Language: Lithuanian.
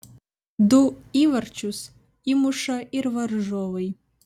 du įvarčius įmuša ir varžovai